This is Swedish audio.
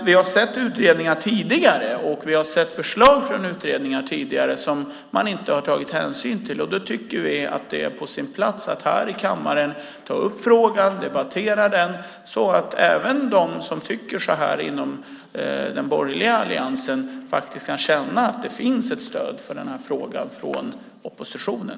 Vi har sett utredningar tidigare och vi har sett förslag från utredningar tidigare som man inte har tagit hänsyn till. Därför tycker vi att det är på sin plats att ta upp frågan och debattera den här i kammaren så att även de som tycker så här inom den borgerliga alliansen kan känna att det finns ett stöd för den här frågan från oppositionen.